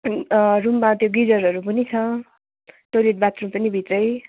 रुममा त्यो गिजरहरू पनि छ टोइलेट बाथरुम पनि भित्रै